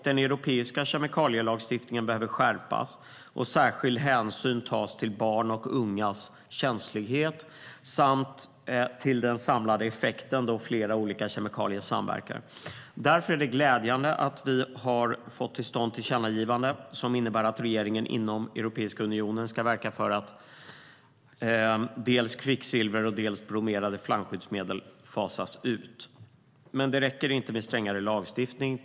Den europeiska kemikalielagstiftningen behöver skärpas och särskild hänsyn tas till barns och ungas känslighet samt till den samlade effekten, alltså då flera olika kemikalier samverkar. Därför är det glädjande att vi har fått till stånd tillkännagivanden som innebär att regeringen inom Europeiska unionen ska verka för att dels kvicksilver, dels bromerade flamskyddsmedel fasas ut. Men det räcker inte med strängare lagstiftning.